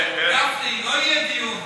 גפני, לא יהיה דיון.